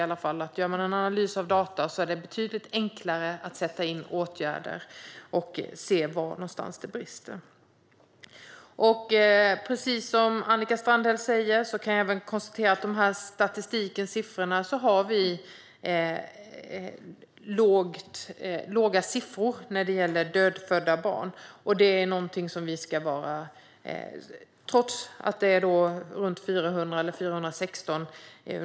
Om man analyserar data är det betydligt enklare att se var det brister och att sätta in åtgärder. Jag kan, liksom Annika Strandhäll, konstatera att statistiken visar att vi, trots att runt 400 som föds döda, har låga siffror när det gäller dödfödda; år 2016 var det 416.